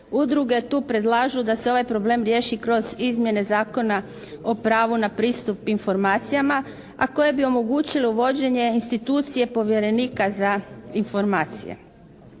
Udruge tu predlažu da se ovaj problem riješi kroz izmjene Zakona o pravu na pristup informacijama a koje bi omogućile uvođenje institucije povjerenika za informacije.